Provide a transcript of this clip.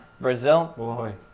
Brazil